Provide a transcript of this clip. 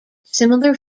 similar